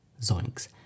Zoinks